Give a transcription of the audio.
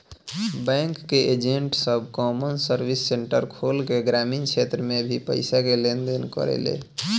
bank के agent सब common service centre खोल के ग्रामीण क्षेत्र में भी पईसा के लेन देन करेले